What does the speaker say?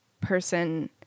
person